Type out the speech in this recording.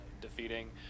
defeating